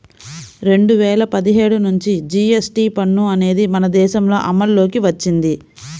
రెండు వేల పదిహేడు నుంచి జీఎస్టీ పన్ను అనేది మన దేశంలో అమల్లోకి వచ్చింది